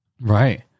right